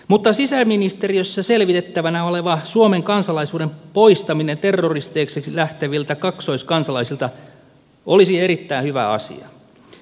mutta sisäministeriössä selvitettävänä oleva suomen kansalaisuuden poistaminen terroristeiksi lähteviltä kaksoiskansalaisilta olisi erittäin hyvä asia